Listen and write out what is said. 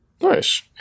nice